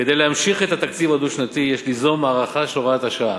כדי להמשיך את התקציב הדו-שנתי יש ליזום הארכה של הוראת השעה.